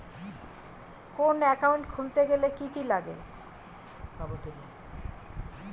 কোন একাউন্ট খুলতে গেলে কি কি লাগে?